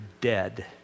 dead